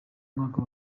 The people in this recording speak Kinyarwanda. mwaka